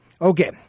Okay